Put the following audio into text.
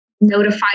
notify